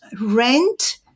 rent